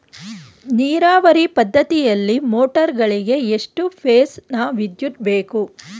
ನೀರಾವರಿ ಪದ್ಧತಿಯಲ್ಲಿ ಮೋಟಾರ್ ಗಳಿಗೆ ಎಷ್ಟು ಫೇಸ್ ನ ವಿದ್ಯುತ್ ಬೇಕು?